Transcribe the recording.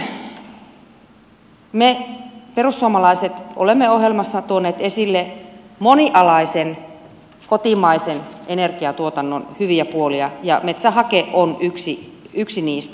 samaten me perussuomalaiset olemme ohjelmassa tuoneet esille monialaisen kotimaisen energiantuotannon hyviä puolia ja metsähake on yksi niistä